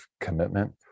commitment